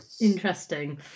Interesting